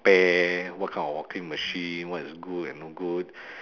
~pare what kind of washing machine what is good and no good